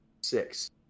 six